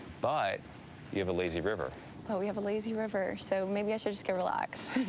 but you have a lazy river. but we have a lazy river, so maybe i should just go relax,